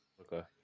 Okay